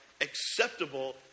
acceptable